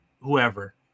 whoever